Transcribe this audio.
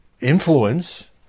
influence